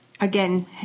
again